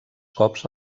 cops